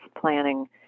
planning